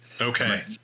Okay